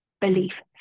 belief